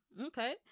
Okay